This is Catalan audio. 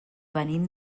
venim